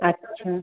अच्छा